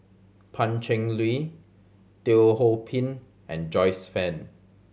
Pan Cheng Lui Teo Ho Pin and Joyce Fan